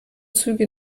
züge